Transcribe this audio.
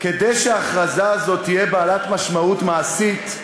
"כדי שההכרזה הזאת תהיה בעלת משמעות מעשית,